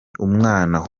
umwana